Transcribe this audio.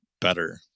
better